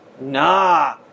Nah